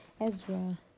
Ezra